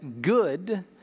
good